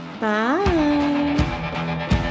bye